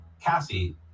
Cassie